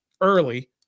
early